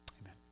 Amen